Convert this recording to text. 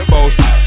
Bossy